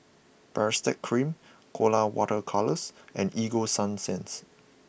Baritex Cream Colora Water Colours and Ego Sunsense